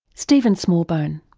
stephen smallbone.